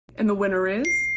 and the winner is.